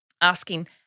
asking